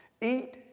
Eat